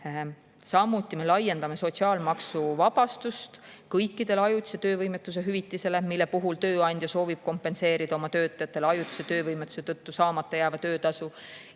Samuti me laiendame sotsiaalmaksuvabastust kõikidele ajutise töövõimetuse hüvitistele, mille puhul tööandja soovib kompenseerida oma töötajatele ajutise töövõimetuse tõttu saamata jääva töötasu.